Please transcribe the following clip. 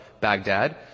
Baghdad